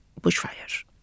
bushfires